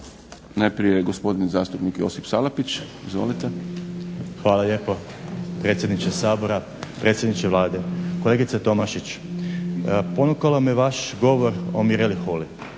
Najprije gospodin zastupnik Josip Salapić. Izvolite. **Salapić, Josip (HDSSB)** Hvala lijepo. Predsjedniče Sabora, predsjedniče Vlade. Kolegice Tomašić ponukao me vaš govor o Mireli Holy.